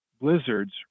blizzards